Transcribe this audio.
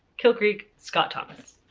kill creek. scott thomas.